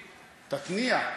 תתניע,